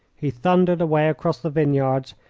he thundered away across the vineyards,